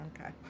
Okay